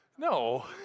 No